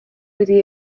wedi